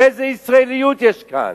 איזו ישראליות יש כאן?